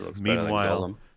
Meanwhile